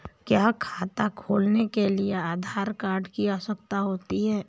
क्या खाता खोलने के लिए आधार कार्ड की आवश्यकता होती है?